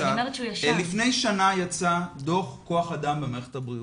לפני שנה יצא דוח כוח אדם במערכת הבריאות,